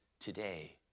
today